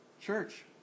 church